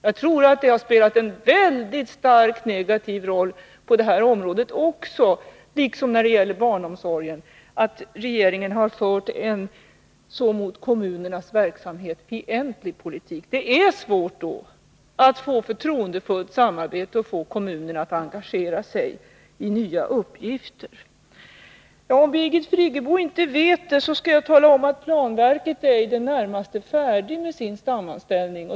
Jag tror att det har spelat en mycket starkt negativ roll på det här området, liksom när det gäller Nr 102 barnomsorgen, att regeringen har fört en mot kommunernas verksamhet Fredagen den fientlig politik. Det är svårt att då få till stånd förtroendefullt samarbete och 19 mars 1982 att få kommunerna att engagera sig i nya uppgifter. Om Birgit Friggebo inte vet det, kan jag tala om att planverket är i det närmaste färdigt med sin sammanställning.